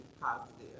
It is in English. positive